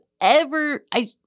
ever—I